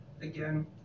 Again